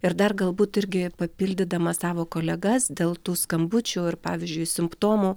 ir dar galbūt irgi papildydama savo kolegas dėl tų skambučių ir pavyzdžiui simptomų